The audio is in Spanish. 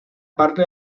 parte